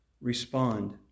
respond